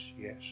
yes